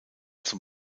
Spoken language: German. zum